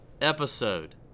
episode